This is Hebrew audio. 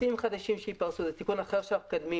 בתים חדשים שייפרסו זה תיקון אחר שאנחנו מקדמים